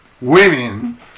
women